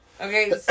Okay